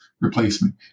replacement